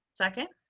second.